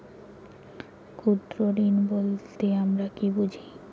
ক্ষুদ্র ঋণ বলতে আমরা কি বুঝি?